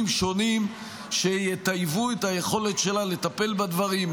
שונים שיטייבו את היכולת שלה לטפל בדברים,